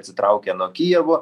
atsitraukė nuo kijevo